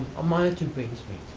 a monitor brings me.